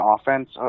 offense